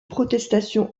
protestation